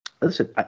listen